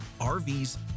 RVs